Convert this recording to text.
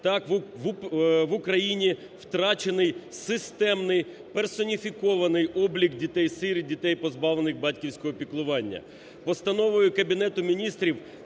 Так, в Україні втрачений системний персоніфікований облік дітей-сиріт, дітей, позбавлених батьківського піклування.